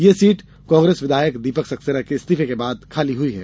यह सीट कांग्रेस विधायक दीपक सक्सेना के इस्तीफे के बाद खाली हुई है